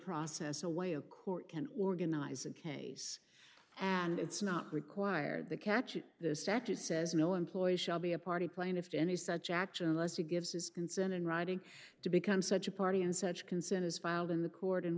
process a way a court can organize a case and it's not required the catch is the statute says no employee shall be a party plaintiff to any such action unless he gives his consent in writing to become such a party and such consent is filed in the court